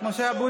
(קוראת בשמות חברי הכנסת) משה אבוטבול,